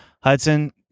Hudson